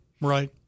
Right